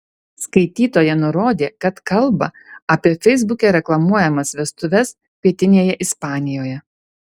skaitytoja nurodė kad kalba apie feisbuke reklamuojamas vestuves pietinėje ispanijoje